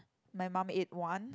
my mum ate one